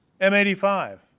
M85